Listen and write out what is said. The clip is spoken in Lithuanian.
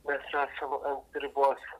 mes esam ant ribos